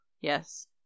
Yes